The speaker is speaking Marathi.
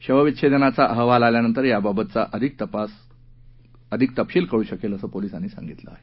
शवविच्छेदनाचा अहवाल आल्यानंतर याबाबतचा अधिक तपशील कळू शकेल असं पोलिसांनी सांगितलं आहे